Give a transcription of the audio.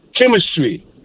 chemistry